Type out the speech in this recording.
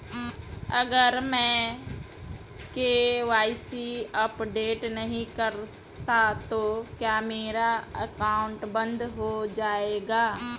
अगर मैं KYC update नहीं करता तो क्या मेरा अकाउंट बंद हो जाएगा?